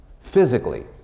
physically